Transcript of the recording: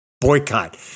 boycott